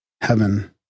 heaven